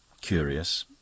Curious